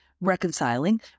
reconciling